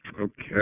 Okay